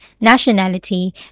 nationality